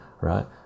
right